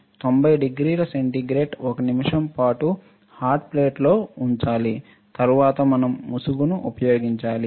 కాబట్టి 90 డిగ్రీల సెంటీగ్రేడ్ 1 నిమిషం పాటు హాట్ ప్లేట్లో ఉంచాలి తర్వాత మనం ముసుగును ఉపయోగించాలి